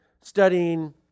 studying